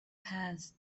passed